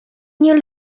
nie